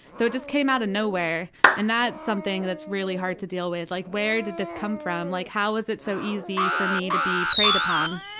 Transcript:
so it just came out of no where and that's something thats really hard to deal with. like, where did this come from, like how is it so easy for me to be preyed upon?